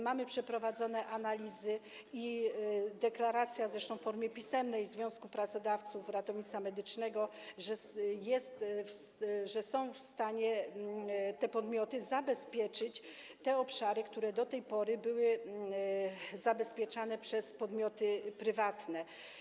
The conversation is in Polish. Mamy przeprowadzone analizy i deklarację, zresztą w formie pisemnej, Związku Pracodawców Ratownictwa Medycznego, że te podmioty są w stanie zabezpieczyć te obszary, które do tej pory były zabezpieczane przez podmioty prywatne.